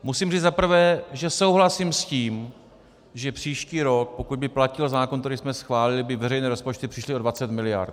Musím říci za prvé, že souhlasím s tím, že příští rok, pokud by platil zákon, který jsme schválili, by veřejné rozpočty přišly o 20 mld.